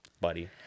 Buddy